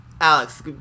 Alex